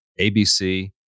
ABC